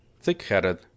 thick-headed